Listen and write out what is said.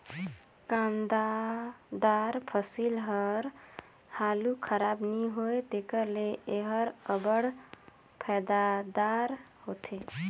कांदादार फसिल हर हालु खराब नी होए तेकर ले एहर अब्बड़ फएदादार होथे